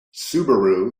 subaru